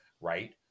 right